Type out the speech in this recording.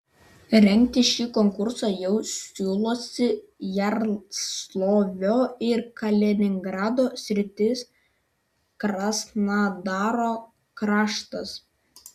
rengti šį konkursą jau siūlosi jaroslavlio ir kaliningrado sritys krasnodaro kraštas